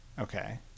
Okay